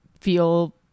feel